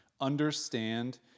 understand